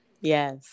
yes